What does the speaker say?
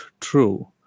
true